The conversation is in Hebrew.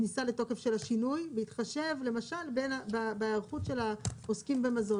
הכניסה לתוקף של השינוי בהתחשב למשל בהיערכות של העוסקים במזון,